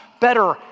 better